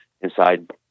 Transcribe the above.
inside